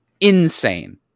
insane